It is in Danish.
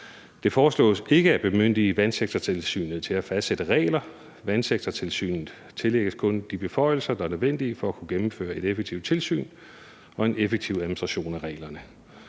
Det foreslås ikke at bemyndige Vandsektortilsynet til at fastsætte regler. Vandsektortilsynet tillægges kun de beføjelser, der er nødvendige for at kunne gennemføre et effektivt tilsyn og en effektiv administration af reglerne.